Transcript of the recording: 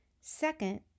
Second